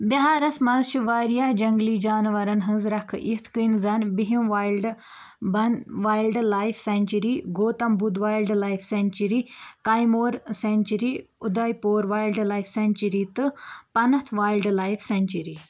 بہارس منٛز چھِ وارِیاہ جنگلی جانورن ہٕنٛز ركھٕ یِتھ کٔنۍ زَنہٕ بِہِم وایلڈٕ بَن wildlife sanctuary Gautam Buddha wildlife sanctuary Udaipur wildlife sanctuary تہٕ پَنَتھ وایلڈٕ لایف سینچُری